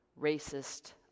racist